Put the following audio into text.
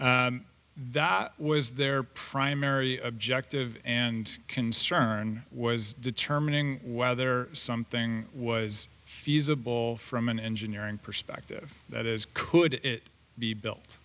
that was their primary objective and concern was determining whether something was feasible from an engineering perspective that is could it be built